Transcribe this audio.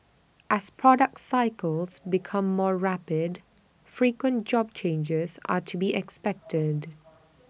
as product cycles become more rapid frequent job changes are to be expected